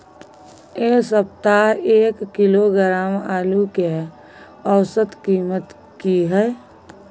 ऐ सप्ताह एक किलोग्राम आलू के औसत कीमत कि हय?